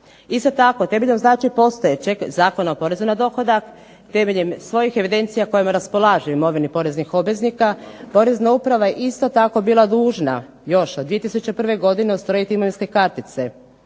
Isto tako temeljem znači postojećeg Zakona o porezu na dohodak, temeljem svojih evidencija kojima raspolaže o imovini poreznih obveznika porezna uprava je isto tako bila dužna još od 2001. godine ustrojiti imovinske kartice.